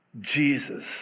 Jesus